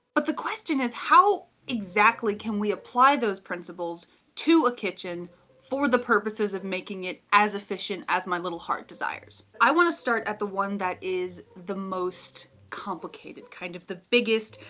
but the question is, how exactly can we apply those principles to a kitchen for the purposes of making it as efficient as my little heart desires? i want to start at the one that is the most complicated, kind of the biggest,